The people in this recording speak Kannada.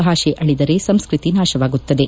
ಭಾಷೆ ಅಳಿದರೆ ಸಂಸ್ಕೃತಿ ನಾಶವಾಗುತ್ತದೆ